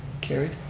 carried.